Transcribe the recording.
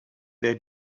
their